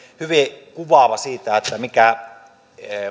hyvin kuvaava sen suhteen mikä